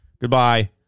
Goodbye